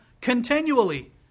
continually